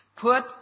Put